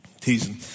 Teasing